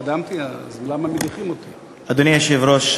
אדוני היושב-ראש,